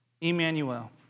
Emmanuel